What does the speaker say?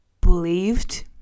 believed